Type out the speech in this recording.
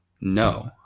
No